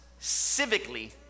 civically